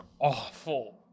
awful